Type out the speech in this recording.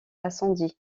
incendie